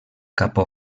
capó